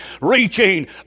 reaching